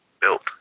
built